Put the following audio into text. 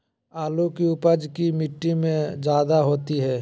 आलु की उपज की मिट्टी में जायदा होती है?